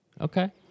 Okay